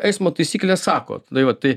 eismo taisyklės sako tai va tai